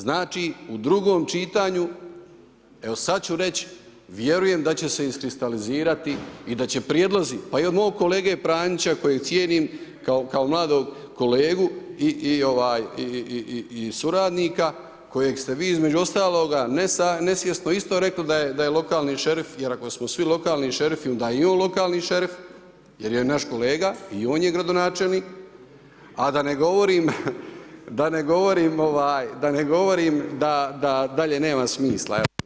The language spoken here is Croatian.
Znači u drugom čitanju, evo sad ću reći, vjerujem da će se iskristalizirati i da će prijedlozi pa i od mog kolege Pranjića kojeg cijenim kao mladog kolegu i suradnika kojeg ste vi između ostaloga nesvjesno isto rekli da je lokalni šerif jer ako smo svi lokalni šerifi, onda je i on lokalni šerif jer je naš kolega i on je gradonačelnik a da ne govorim dalje nema smisla.